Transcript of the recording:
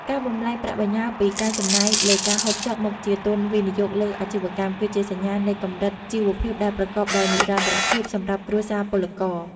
ការបំប្លែងប្រាក់បញ្ញើពី "ការចំណាយលើការហូបចុក" មកជា "ទុនវិនិយោគលើអាជីវកម្ម" គឺជាសញ្ញាណនៃកម្រិតជីវភាពដែលប្រកបដោយនិរន្តរភាពសម្រាប់គ្រួសារពលករ។